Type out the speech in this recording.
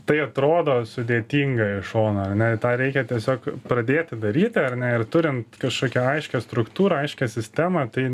tai atrodo sudėtinga iš šono ar ne tą reikia tiesiog pradėti daryti ar ne ir turint kažkokią aiškią struktūrą aiškią sistemą tai